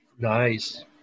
nice